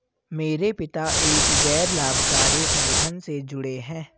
मेरे पिता एक गैर लाभकारी संगठन से जुड़े हैं